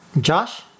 Josh